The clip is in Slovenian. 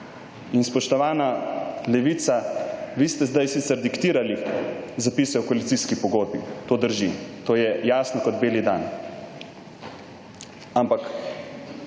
In, spoštovana Levica, vi ste zdaj sicer diktirali zapise v koalicijski pogodbi, to drži, to je jasno kot beli dan, ampak